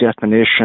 definition